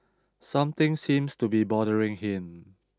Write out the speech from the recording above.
something seems to be bothering him